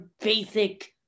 basic